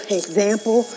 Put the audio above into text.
example